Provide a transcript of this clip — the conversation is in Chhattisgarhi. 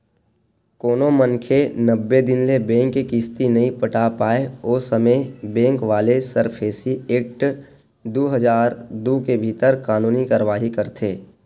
कोनो मनखे नब्बे दिन ले बेंक के किस्ती नइ पटा पाय ओ समे बेंक वाले सरफेसी एक्ट दू हजार दू के भीतर कानूनी कारवाही करथे